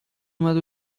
اومد